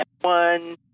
one